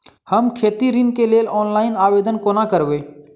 हम खेती ऋण केँ लेल ऑनलाइन आवेदन कोना करबै?